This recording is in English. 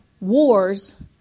wars